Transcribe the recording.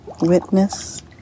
Witness